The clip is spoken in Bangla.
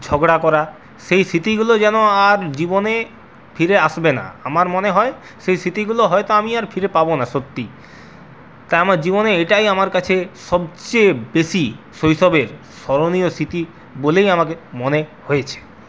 ঝগড়া করা সেই স্মৃতিগুলো যেন আর জীবনে ফিরে আসবেনা আমার মনে হয় সেই স্মৃতিগুলো হয়তো আমি আর ফিরে পাবো না সত্যি তা আমার জীবনে এটাই আমার কাছে সবচেয়ে বেশি শৈশবের স্মরণীয় স্মৃতি বলেই আমাকে মনে হয়েছে